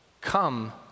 Come